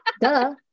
Duh